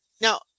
Now